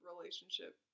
relationship